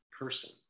person